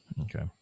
Okay